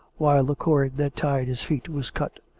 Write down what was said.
while the cord that tied his feet was cut,